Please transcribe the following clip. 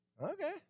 Okay